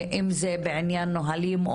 אם זה בעניין נהלים,